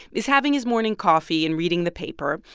is having his morning coffee and reading the paper.